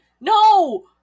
No